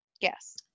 Yes